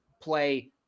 play –